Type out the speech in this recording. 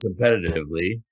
competitively